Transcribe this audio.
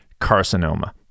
Carcinoma